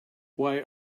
why